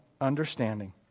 understanding